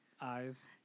Eyes